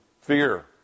fear